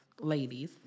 ladies